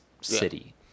city